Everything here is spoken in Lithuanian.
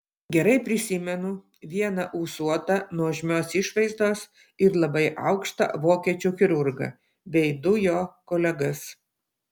gerai prisimenu vieną ūsuotą nuožmios išvaizdos ir labai aukštą vokiečių chirurgą bei du jo kolegas